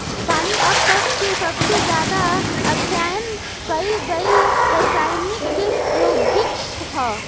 पानी अब तक के सबसे ज्यादा अध्ययन कईल गईल रासायनिक योगिक ह